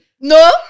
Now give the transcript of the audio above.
no